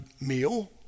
meal